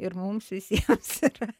ir mums visiems yra